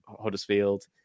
Huddersfield